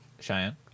Cheyenne